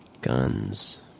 Guns